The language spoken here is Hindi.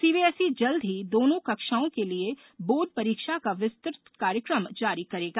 सीबीएसई जल्द ही दोनों कक्षाओं के लिए बोर्ड परीक्षा की विस्तृत कार्यक्रम जारी करेगा